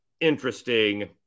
interesting